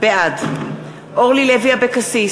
בעד מיקי לוי, בעד אורלי לוי אבקסיס,